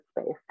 space